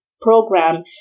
program